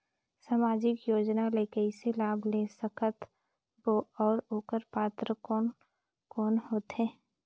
समाजिक योजना ले कइसे लाभ ले सकत बो और ओकर पात्र कोन कोन हो थे?